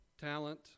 talent